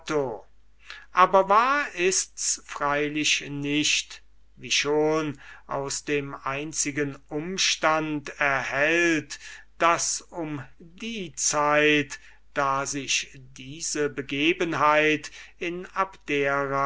aber wahr ists freilich nicht wie schon aus dem einzigen umstand erhellt daß um die zeit da sich diese begebenheit in abdera